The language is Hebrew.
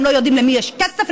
הם לא יודעים למי יש כסף,